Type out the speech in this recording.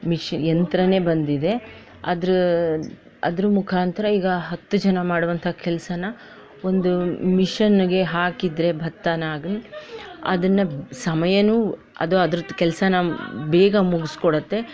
ಮಿಷ್ ಯಂತ್ರನೇ ಬಂದಿದೆ ಅದ್ರ ಅದ್ರ ಮುಖಾಂತರ ಈಗ ಹತ್ತು ಜನ ಮಾಡುವಂಥ ಕೆಲಸನ ಒಂದು ಮಿಷನ್ಗೆ ಹಾಕಿದರೆ ಭತ್ತವಾಗ್ ಅದನ್ನ ಸಮಯನೂ ಅದು ಅದ್ರ ಕೆಲಸನ ಬೇಗ ಮುಗಿಸ್ಕೊಡತ್ತೆ